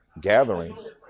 gatherings